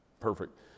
Perfect